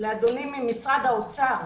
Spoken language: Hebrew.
לאדוני ממשרד האוצר,